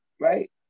right